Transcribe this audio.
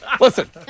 Listen